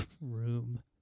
room